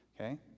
Okay